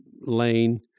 lane